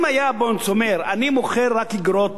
אם היה "הבונדס" אומר: אני מוכר רק איגרות